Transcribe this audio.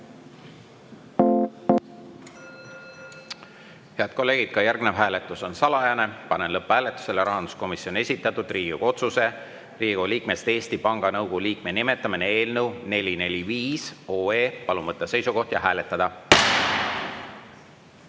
kolleegid, ka järgnev hääletus on salajane. Panen lõpphääletusele rahanduskomisjoni esitatud Riigikogu otsuse "Riigikogu liikmest Eesti Panga Nõukogu liikme nimetamine" eelnõu 445. Palun võtta seisukoht ja hääletada!